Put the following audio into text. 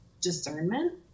discernment